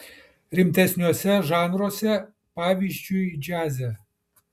rimtesniuose žanruose pavyzdžiui džiaze